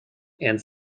and